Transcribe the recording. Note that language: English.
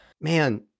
Man